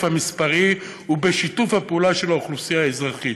המספרי ובשיתוף הפעולה של האוכלוסייה האזרחית: